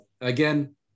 Again